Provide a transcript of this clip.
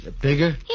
bigger